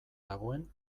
dagoen